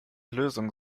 lösung